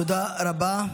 תודה רבה.